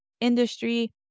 industry